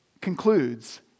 concludes